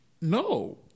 No